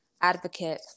advocate